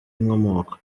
inkomoko